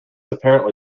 apparently